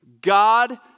God